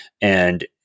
And-